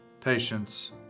patience